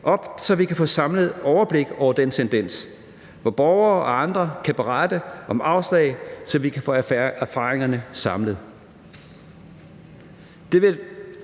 op, så vi kan få et samlet overblik over den tendens – et system, hvor borgere og andre kan berette om afslag, så vi kan få erfaringerne samlet.